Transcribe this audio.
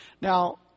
Now